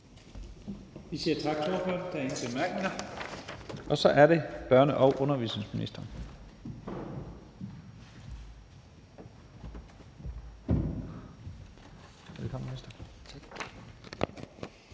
Vi siger tak til ordføreren. Der er ingen korte bemærkninger. Så er det børne- og undervisningsministeren.